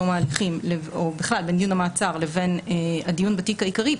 תום הליכים או בכלל בדיון המעצר לבין הדיון בתיק העיקרי,